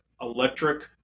electric